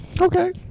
Okay